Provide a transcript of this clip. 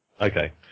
Okay